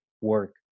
work